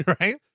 right